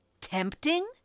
Tempting